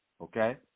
okay